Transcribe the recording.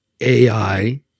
AI